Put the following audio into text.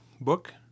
book